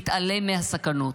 מתעלם מהסכנות.